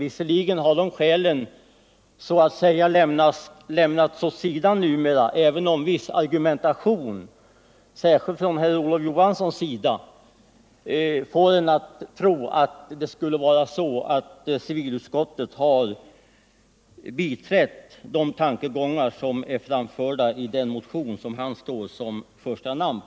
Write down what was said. Visserligen har de skälen så att säga lämnats åt sidan numera, även om vissa argument, särskilt från herr Olof Johansson i Stockholm, får en att tro att civilutskottet skulle ha biträtt de tankegångar som framförts i den motion där han står som första namn.